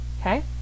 okay